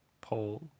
Pole